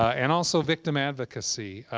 and also, victim advocacy.